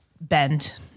bend